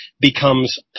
becomes